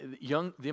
young